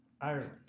ireland